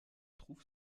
trouve